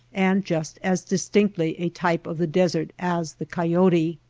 and just as distinctly a type of the desert as the coyote.